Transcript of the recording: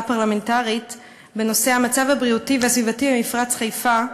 פרלמנטרית בנושא: המצב הבריאותי והסביבתי במפרץ חיפה.